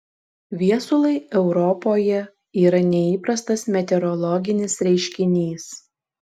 viesulai europoje yra neįprastas meteorologinis reiškinys